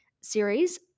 series